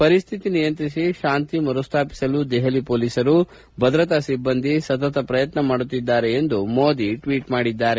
ಪರಿಸ್ತಿತಿ ನಿಯಂತ್ರಿಸಿ ಶಾಂತಿ ಮರು ಸ್ಥಾಪಿಸಲು ದೆಹಲಿ ಪೊಲೀಸರು ಭದ್ರತಾ ಸಿಬ್ಬಂದಿ ಪ್ರಯತ್ನ ಪಡುತ್ತಿದ್ದಾರೆ ಎಂದು ಮೋದಿ ಟ್ಲೀಟ್ ಮಾಡಿದ್ದಾರೆ